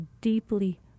deeply